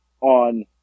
on